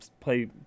play